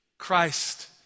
Christ